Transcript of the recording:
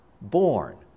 born